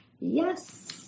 yes